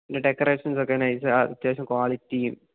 പിന്നെ ഡെക്കറേഷൻസൊക്കെ നൈസ് ആ അത്യാവശ്യം ക്വാളിറ്റിയും